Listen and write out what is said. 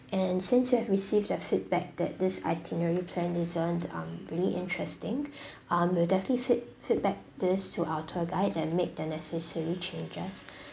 and since we have received the feedback that this itinerary plan isn't um really interesting um we'll definitely feed~ feedback this to our tour guide and make the necessary changes